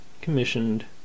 commissioned